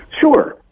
Sure